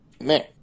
man